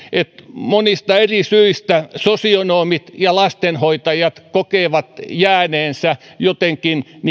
monista eri syistä sosionomit ja lastenhoitajat kokevat jääneensä jotenkin